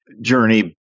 journey